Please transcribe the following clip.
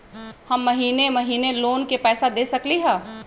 हम महिने महिने लोन के पैसा दे सकली ह?